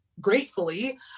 gratefully